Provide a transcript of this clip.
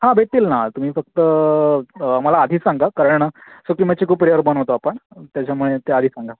हं भेटतील ना तुम्ही फक्त मला आधी सांगा कारण सुकी मच्छी खूप रेअर बनवतो आपण त्याच्यामुळे ते आधी सांगा